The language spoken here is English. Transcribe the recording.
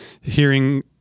hearing